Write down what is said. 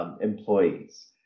employees